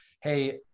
hey